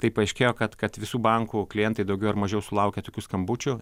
tai paaiškėjo kad kad visų bankų klientai daugiau ar mažiau sulaukia tokių skambučių